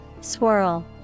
Swirl